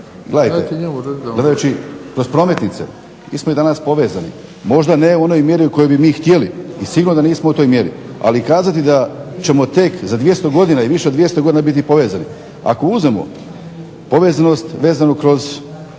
Gledajte, kroz prometnice, mi smo i danas povezani, možda ne u onoj mjeri koju bi mi htjeli i sigurno nismo u toj mjeri ali kazati da ćemo tek za 200 godina i više od 200 godina biti povezani. Ako uzmemo povezanost vezano kroz